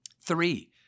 Three